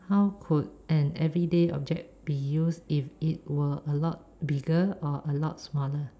how could an everyday object be used if it were a lot bigger or a lot smaller